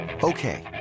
Okay